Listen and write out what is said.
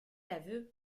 aveu